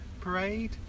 parade